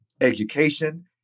education